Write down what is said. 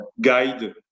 guide